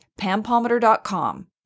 pampometer.com